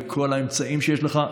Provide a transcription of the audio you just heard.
וכל האמצעים שיש לך.